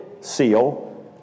seal